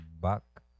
buck